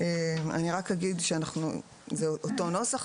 אני רק אגיד שזה אותו נוסח,